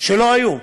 שלא היו.